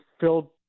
filled